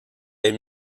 est